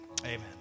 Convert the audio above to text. Amen